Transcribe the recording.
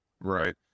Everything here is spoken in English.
Right